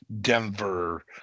Denver